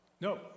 No